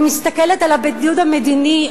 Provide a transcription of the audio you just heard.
אני מסתכלת על הבידוד המדיני,